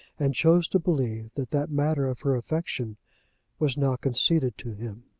and chose to believe that that matter of her affection was now conceded to him.